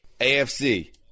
AFC